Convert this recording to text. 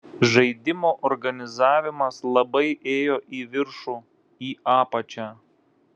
žaidimo organizavimas labai ėjo į viršų į apačią